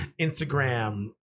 Instagram